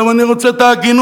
עכשיו אני רוצה את ההגינות,